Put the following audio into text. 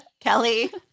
Kelly